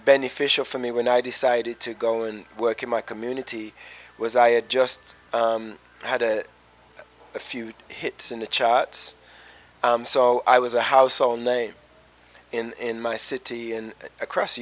beneficial for me when i decided to go and work in my community was i had just had a few hits in the charts so i was a household name in my city and across the